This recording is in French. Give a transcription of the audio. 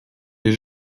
les